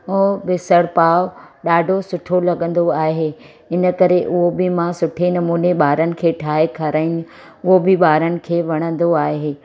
ऐं मिसल पाव ॾाढो सुठो लॻंदो आहे इनकरे उहो बि मां सुठे नमूने ॿारनि खे ठाहे खाराए उहो बि ॿारनि खे वणंदो आहे